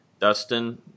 Dustin